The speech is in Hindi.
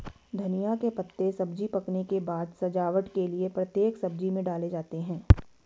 धनिया के पत्ते सब्जी पकने के बाद सजावट के लिए प्रत्येक सब्जी में डाले जाते हैं